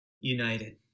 united